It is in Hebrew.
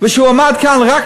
ושהוא עמד כאן רק